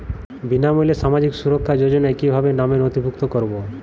বিনামূল্যে সামাজিক সুরক্ষা যোজনায় কিভাবে নামে নথিভুক্ত করবো?